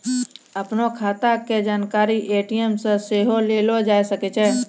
अपनो खाता के जानकारी ए.टी.एम से सेहो लेलो जाय सकै छै